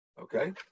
Okay